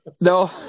No